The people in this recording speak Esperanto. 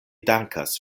dankas